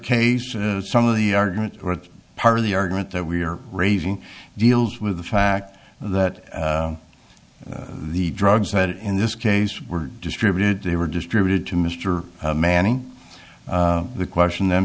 case and some of the arguments are part of the argument that we are raising deals with the fact that the drugs that in this case were distributed they were distributed to mr manning the question then